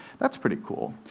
that's pretty cool.